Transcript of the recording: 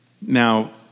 Now